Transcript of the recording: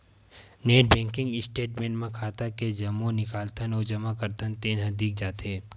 net banking के statement म खाता के जम्मो निकालथन अउ जमा करथन तेन ह दिख जाथे